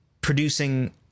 producing